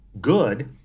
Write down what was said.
good